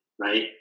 right